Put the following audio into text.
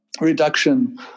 reduction